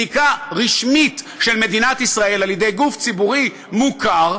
בדיקה רשמית של מדינת ישראל על-ידי גוף ציבורי מוכר,